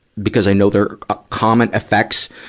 because i know they're a common effects